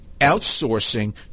outsourcing